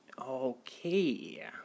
Okay